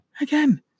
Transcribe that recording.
Again